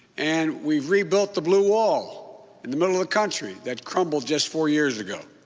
and we've rebuilt the blue wall in the middle of the country that crumbled just four years ago.